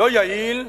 לא יעיל,